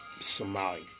Somali